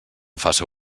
faça